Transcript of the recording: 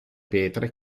pietre